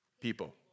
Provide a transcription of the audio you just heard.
people